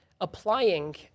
applying